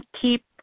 keep